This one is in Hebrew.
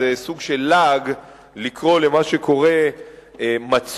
זה סוג של לעג לקרוא למה שקורא מצור,